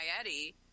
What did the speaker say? Eddie